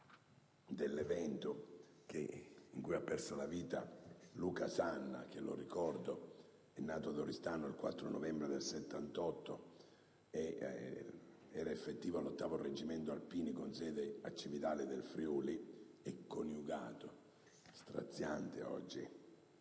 dell'evento in cui ha perso la vita Luca Sanna, che, ricordo, era nato ad Oristano il 4 novembre del 1978 ed effettivo all'8° reggimento alpini con sede a Cividale del Friuli e coniugato (straziante oggi